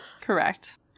Correct